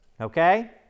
okay